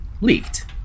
leaked